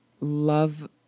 love